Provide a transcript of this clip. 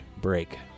break